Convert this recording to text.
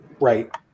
right